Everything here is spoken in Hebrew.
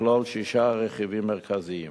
תכלול שישה רכיבים מרכזיים: